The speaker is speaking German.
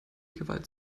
gewalt